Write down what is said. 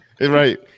right